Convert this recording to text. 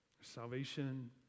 Salvation